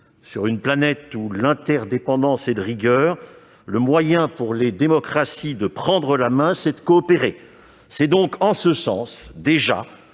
Sur une planète où l'interdépendance est de rigueur, le moyen pour les démocraties de prendre la main est de coopérer. C'est donc, en ce sens, une